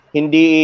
hindi